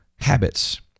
habits